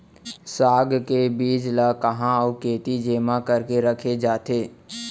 साग के बीज ला कहाँ अऊ केती जेमा करके रखे जाथे?